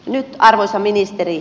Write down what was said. nyt arvoisa ministeri